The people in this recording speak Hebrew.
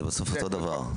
זה בסוף אותו דבר.